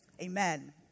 Amen